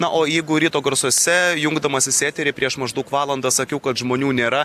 na o jeigu ryto garsuose jungdamasis į eterį prieš maždaug valandą sakiau kad žmonių nėra